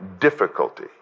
difficulty